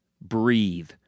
Breathe